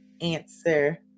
answer